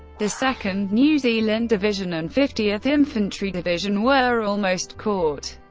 the second new zealand division and fiftieth infantry division were almost caught,